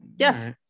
Yes